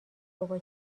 بابا